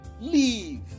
leave